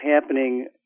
happening